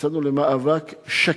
יצאנו למאבק שקט,